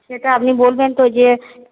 সেটা আপনি বলবেন তো যে